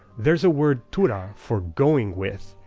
there's a word tura for going-with,